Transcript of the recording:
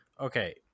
okay